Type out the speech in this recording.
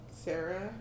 sarah